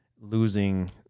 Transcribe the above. losing